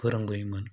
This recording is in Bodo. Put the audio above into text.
फोरोंबोयोमोन